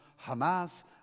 Hamas